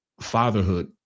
fatherhood